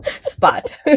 Spot